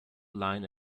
line